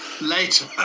Later